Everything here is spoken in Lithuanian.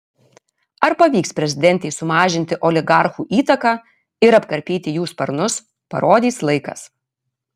ar pavyks prezidentei sumažinti oligarchų įtaką ir apkarpyti jų sparnus parodys laikas